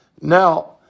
Now